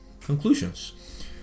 conclusions